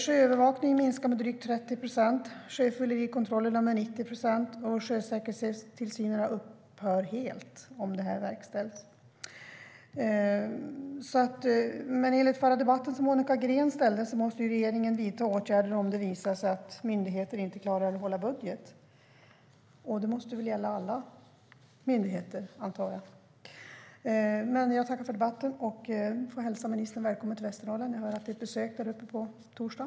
Sjöövervakningen minskar med drygt 30 procent, sjöfyllerikontrollerna kommer att minska med 90 procent och sjösäkerhetstillsynen kommer att upphöra helt. Enligt den tidigare interpellationsdebatten med Monica Green måste regeringen vidta åtgärder om det visar sig att myndigheter inte klarar att hålla budget. Det måste väl gälla alla myndigheter. Jag tackar för debatten, och jag hälsar ministern välkommen till Västernorrland på besök på torsdag.